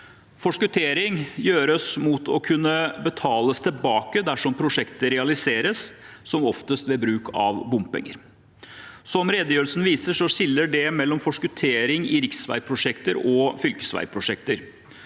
Forskutteringen gjøres mot å kunne betales tilbake dersom prosjektet realiseres, som oftest ved bruk av bompenger. Som redegjørelsen viser, skilles det mellom forskuttering i riksveiprosjekter og i fylkesveiprosjekter.